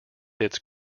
its